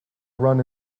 run